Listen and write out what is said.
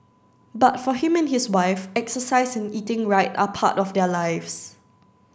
but for him and his wife exercise and eating right are part of their lives